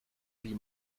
wie